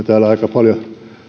täällä aika paljon